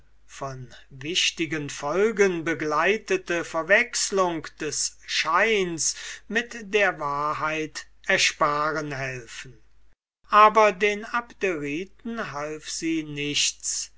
von wichtigen folgen begleitete verwechslung des scheins mit der wahrheit ersparen helfen aber den abderiten half sie nichts